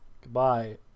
Goodbye